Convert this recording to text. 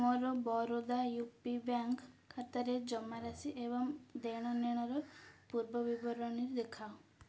ମୋର Baroda U P bank ଖାତାର ଜମାରାଶି ଏବଂ ଦେଣନେଣର ପୂର୍ବବିବରଣୀ ଦେଖାଅ